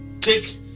take